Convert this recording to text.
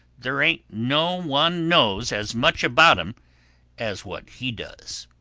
there ain't no one knows as much about em as what he does.